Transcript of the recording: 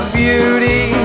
beauty